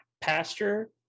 pastor